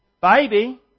baby